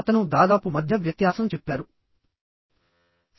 అతను దాదాపు మధ్య వ్యత్యాసం చెప్పారు